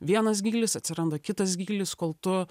vienas gylis atsiranda kitas gylis kol tu